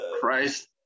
Christ